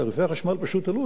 תעריפי החשמל פשוט עלו.